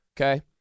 okay